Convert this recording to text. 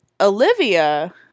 Olivia